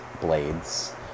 Blades